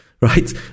right